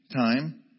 time